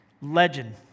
legend